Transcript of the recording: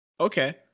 Okay